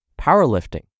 Powerlifting